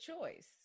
choice